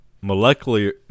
Molecular